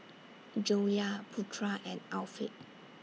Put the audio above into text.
Joyah Putra and Afiq